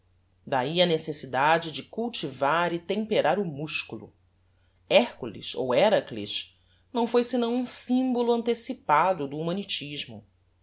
dahi a necessidade de cultivar e temperar o musculo hercules ou herakles não foi senão um symbolo antecipado do humanitismo